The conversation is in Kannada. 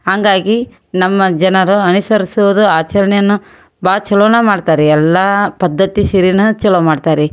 ಹಾಗಾಗಿ ನಮ್ಮ ಜನರು ಅನುಸರ್ಸೋದು ಆಚರಣೆಯನ್ನು ಭಾಳ ಚೊಲೋ ಮಾಡ್ತಾರೆ ರೀ ಎಲ್ಲ ಪದ್ಧತಿ ಸೇರಿ ಚೊಲೋ ಮಾಡ್ತಾರೆ ರೀ